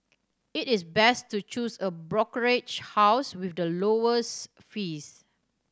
it is best to choose a brokerage house with the lowest fees